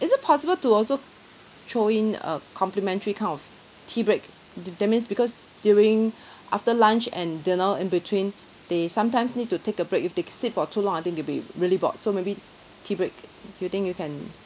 is it possible to also throw in a complimentary kind of tea break t~ that means because during after lunch and dinner in between they sometimes need to take a break if they sit for too long I think they'll be really bored so maybe tea break do you think you can